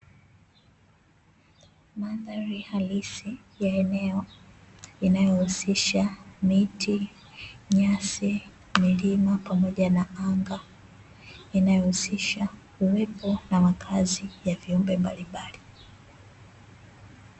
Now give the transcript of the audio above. Mandhari halisi ya eneo inayohusisha miti, nyasi, milima pamoja na anga inayohusisha uwepo wa makazi ya viumbe mbalimbali.